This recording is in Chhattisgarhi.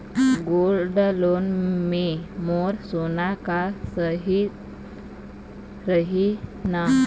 गोल्ड लोन मे मोर सोना हा सइत रही न?